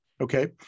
Okay